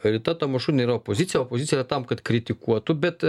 rita tamašunienė yra opozicija o opozicija tam kad kritikuotų bet